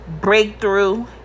Breakthrough